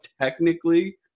technically